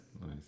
Nice